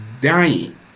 dying